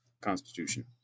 Constitution